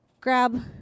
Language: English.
grab